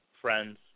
friends